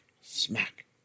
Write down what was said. smack